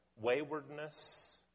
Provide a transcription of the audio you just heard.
waywardness